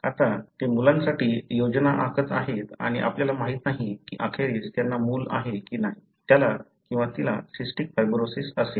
आता ते मुलांसाठी योजना आखत आहेत आणि आपल्याला माहित नाही की अखेरीस त्यांना मूल आहे की नाही त्याला किंवा तिला सिस्टिक फायब्रोसिस असेल